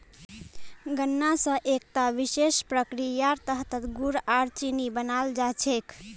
गन्ना स एकता विशेष प्रक्रियार तहतत गुड़ आर चीनी बनाल जा छेक